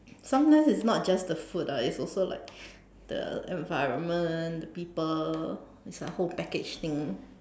sometimes it's not just the food it's also like the environment the people it's a whole package thing